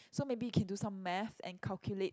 so maybe you can do some math and calculate